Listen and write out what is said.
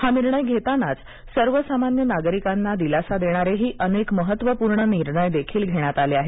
हा निर्णय घेतानाच सर्वसामान्य नागरिकांना दिलासा देणारेही अनेक महत्वपूर्ण निर्णय देखील घेण्यात आले आहेत